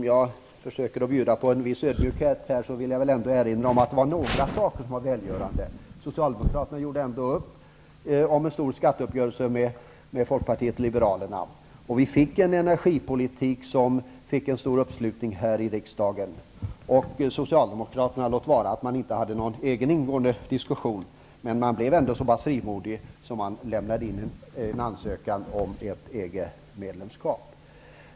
Jag försöker bjuda på en viss ödmjukhet och vill erinra om att det var en del som var välgörande. Socialdemokraterna gjorde upp med Folkpartiet liberalerna om en stor skatteuppgörelse. Vi fick en energipolitik som fick stor uppslutning i riksdagen. Socialdemokraterna hade visserligen ingen egen diskussion, men de var ändå så frimodiga att de lämnade in en ansökan om EG-medlemskap.